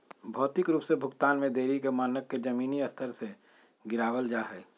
भौतिक रूप से भुगतान में देरी के मानक के जमीनी स्तर से गिरावल जा हई